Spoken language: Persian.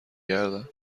گردم